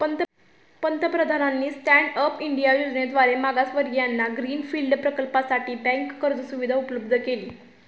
पंतप्रधानांनी stand up India योजनेद्वारे मागासवर्गीयांना ग्रीन फील्ड प्रकल्पासाठी बँक कर्ज सुविधा उपलब्ध केली